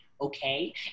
okay